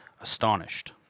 astonished